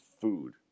food